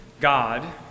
God